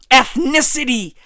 ethnicity